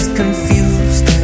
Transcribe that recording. confused